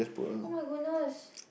[oh]-my-goodness